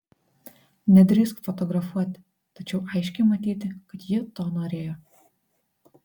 nedrįsk fotografuoti tačiau aiškiai matyti kad ji to norėjo